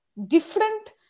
different